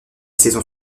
saison